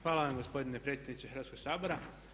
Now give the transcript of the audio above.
Hvala vam gospodine predsjedniče Hrvatskog sabora.